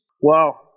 Wow